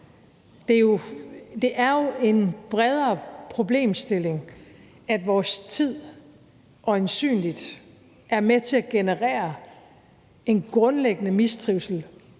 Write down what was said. Det er jo en bredere problemstilling, at vores samtid øjensynligt er med til at generere en grundlæggende mistrivsel